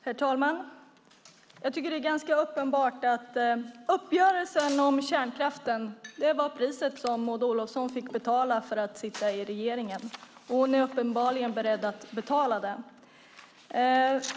Herr talman! Jag tycker att det är ganska uppenbart att uppgörelsen om kärnkraften var priset som Maud Olofsson fick betala för att sitta i regeringen, och hon var uppenbarligen beredd att betala det.